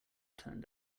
turned